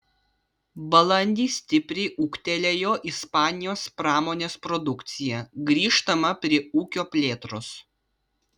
balandį stipriai ūgtelėjo ispanijos pramonės produkcija grįžtama prie ūkio plėtros